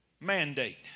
mandate